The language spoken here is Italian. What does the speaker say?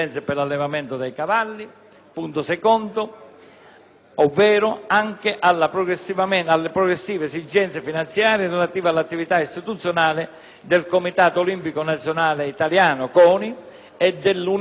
luogo, anche alle progressive esigenze finanziarie relative all'attività istituzionale del Comitato olimpico nazionale italiano (CONI) e dell'Unione nazionale per l'incremento delle razze equine